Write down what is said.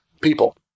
people